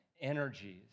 energies